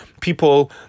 people